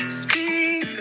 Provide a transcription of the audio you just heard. speak